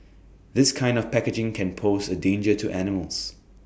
this kind of packaging can pose A danger to animals